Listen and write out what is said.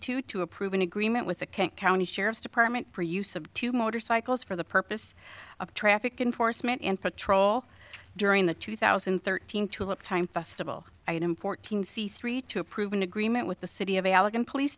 two to approve an agreement with the king county sheriff's department for use of two motorcycles for the purpose of traffic enforcement and patrol during the two thousand and thirteen tulip time festival i am fourteen c three to approve an agreement with the city of allegan police